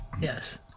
Yes